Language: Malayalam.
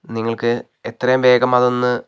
നിങ്ങൾക്ക് എത്രയും വേഗം അതൊന്ന്